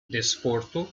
desporto